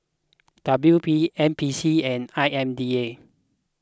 W P N P C and I M D A